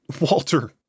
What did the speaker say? Walter